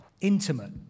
intimate